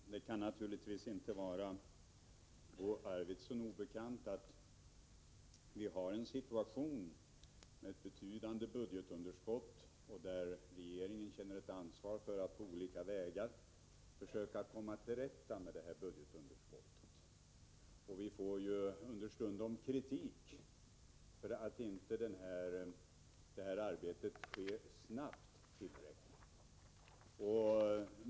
Herr talman! Det kan naturligtvis inte vara Bo Arvidson obekant att vi har en situation med ett betydande budgetunderskott där vi i regeringen känner ett ansvar för att på olika vägar försöka komma till rätta med detta budgetunderskott. Vi får understundom kritik för att arbetet inte går tillräckligt snabbt.